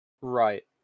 Right